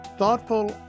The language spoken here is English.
thoughtful